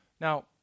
Now